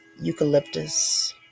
eucalyptus